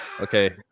Okay